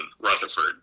Rutherford